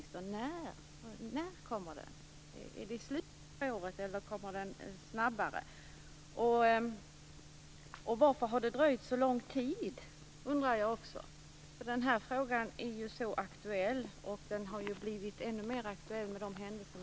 Kommer den i slutet av året, eller kan det gå snabbare? Och varför har det här dröjt så lång tid? Frågan är ju så aktuell och har blivit ännu mera aktuell efter alla händelser.